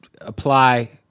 apply